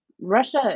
Russia